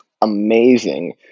amazing